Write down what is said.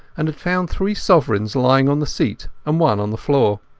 and had found three sovereigns lying on the seat and one on the floor.